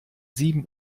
sieben